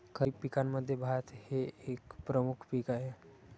खरीप पिकांमध्ये भात हे एक प्रमुख पीक आहे